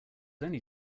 only